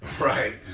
right